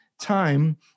time